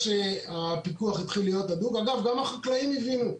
גם החקלאים הבינו.